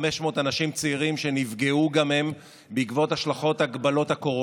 הוא לא רוצה להתקזז איתי,